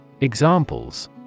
Examples